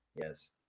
Yes